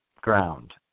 ground